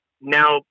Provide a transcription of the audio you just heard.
now